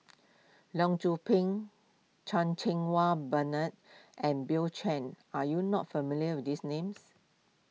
Leong Yoon Pin Chan Cheng Wah Bernard and Bill Chen are you not familiar with these names